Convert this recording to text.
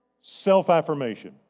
self-affirmation